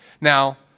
Now